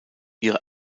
ihre